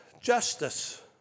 Justice